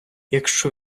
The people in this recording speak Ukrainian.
якщо